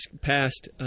passed